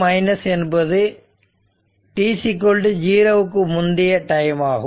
t0 என்பது t0 விற்கு முந்தைய டைம் ஆகும்